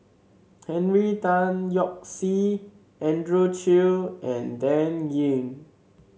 Henry Tan Yoke See Andrew Chew and Dan Ying